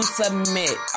submit